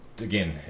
Again